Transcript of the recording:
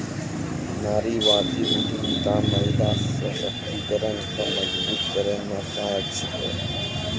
नारीवादी उद्यमिता महिला सशक्तिकरण को मजबूत करै मे सहायक छिकै